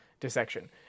dissection